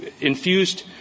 infused